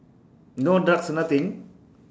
no drugs nothing